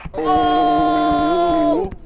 oh,